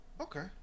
Okay